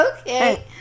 Okay